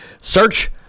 Search